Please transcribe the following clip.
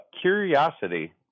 Curiosity